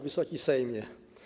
Wysoki Sejmie!